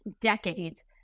decades